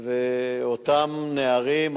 ואותם נערים,